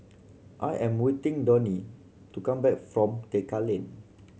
I am waiting Donie to come back from Tekka Lane